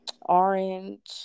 orange